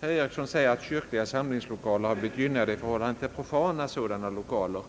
Herr Eriksson säger att kyrkliga samlingslokaler har blivit gynnade i förhållande till profana sådana lokaler.